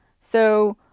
so,